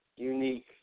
unique